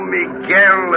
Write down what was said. Miguel